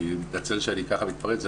אני מתנצל שאני כך מתפרץ,